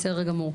בסדר גמור.